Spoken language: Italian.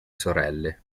sorelle